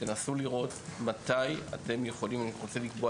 תנסו לראות מתי אתם יכולים אני גם רוצה לקבוע